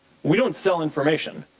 we don't sell information.